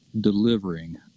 delivering